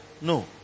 No